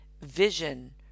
Vision